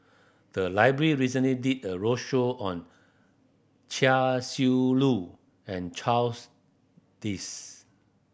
the library recently did a roadshow on Chia Shi Lu and Charles Dyce